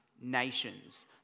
nations